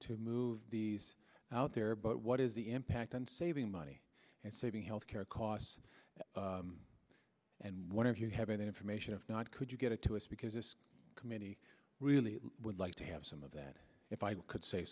to move these out there but what is the impact on saving money and saving health care costs and what if you have any information if not could you get it to us because this committee really would like to have some of that if i could say